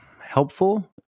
helpful